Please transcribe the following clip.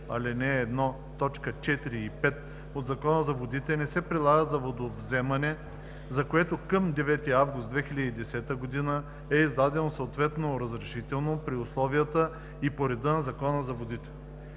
ал. 1, т. 4 и 5 от Закона за водите не се прилагат за водовземане, за което към 9 август 2010 г. е издадено съответно разрешително при условията и по реда на Закона за водите.“